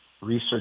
research